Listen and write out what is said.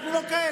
אנחנו לא כאלה.